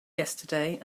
yesterday